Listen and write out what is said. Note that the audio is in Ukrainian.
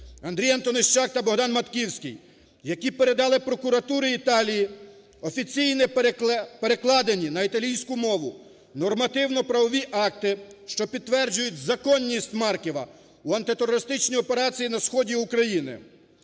Андрій Антонищак та Богдан Матківський, які передали прокуратурі Італії офіційні перекладені на італійську мову нормативно-правові акти, що підтверджують законність Марківа в антитерористичній операції на Сході України,